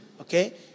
okay